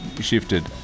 shifted